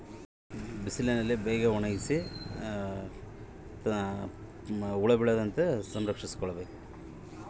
ನನ್ನ ಉತ್ಪನ್ನವಾದ ತೊಗರಿಯ ಕಾಳುಗಳನ್ನು ಹುಳ ಬೇಳದಂತೆ ಹೇಗೆ ರಕ್ಷಿಸಿಕೊಳ್ಳಬಹುದು?